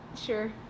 Sure